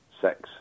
sex